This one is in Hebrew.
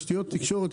תשתיות תקשורת,